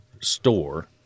store